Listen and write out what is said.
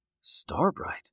Starbright